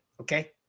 Okay